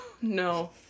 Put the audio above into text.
no